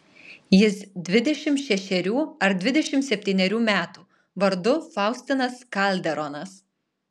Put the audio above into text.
jis dvidešimt šešerių ar dvidešimt septynerių metų vardu faustinas kalderonas